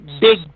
big